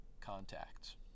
contacts